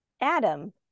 Adam